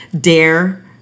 dare